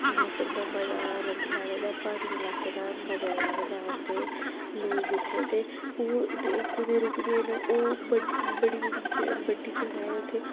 मौसम दा मजा नंद लैने दा प्हाड़ी लाके दा मजा लैने दा औंदे लोक इत्थै ते ओह् कुतै रुकदे न ओह् बड़ बड़ी बड़ी बड्डी जगहं उत्थै